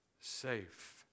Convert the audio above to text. safe